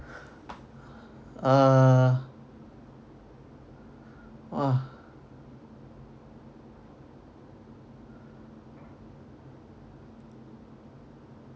uh !wah!